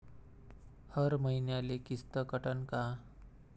हर मईन्याले किस्त कटन का?